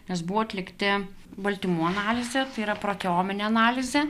nes buvo atlikti baltymų analizė tai yra proteominė analizė